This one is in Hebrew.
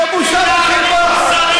זאת בושה וחרפה.